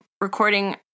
recording